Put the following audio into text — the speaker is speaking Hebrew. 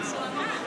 התקבלה.